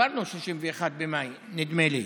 עברנו את 31 במאי, נדמה לי.